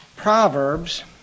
Proverbs